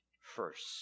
first